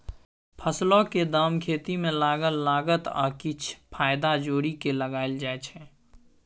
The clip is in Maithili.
फसलक दाम खेती मे लागल लागत आ किछ फाएदा जोरि केँ लगाएल जाइ छै